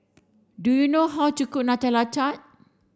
do you know how to cook Nutella Tart